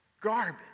Garbage